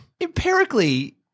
Empirically